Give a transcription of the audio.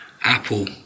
Apple